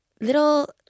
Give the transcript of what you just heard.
little